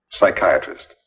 Psychiatrist